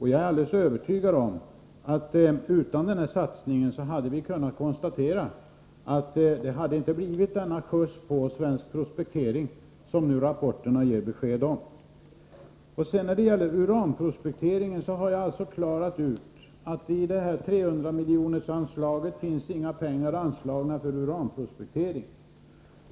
Jag är helt övertygad om att det utan den satsning som gjorts inte hade blivit denna skjuts på svensk prospektering som rapporterna nu ger besked om. När det gäller uranprospektering har jag förklarat att det i 300-miljonersanslaget inte ingår några pengar för sådan.